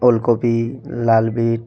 ওল কপি লাল বিট